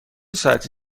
ساعتی